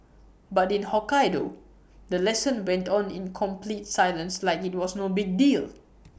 but in Hokkaido the lesson went on in complete silence like IT was no big deal